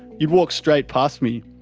you'd walk straight past me.